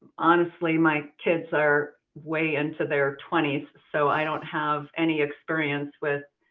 honestly, my kids are way into their twenty s. so i don't have any experience with